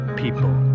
people